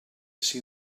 see